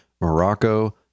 Morocco